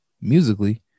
musically